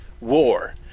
war